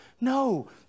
No